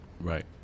Right